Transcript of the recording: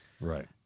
right